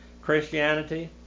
Christianity